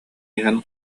иһэн